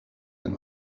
and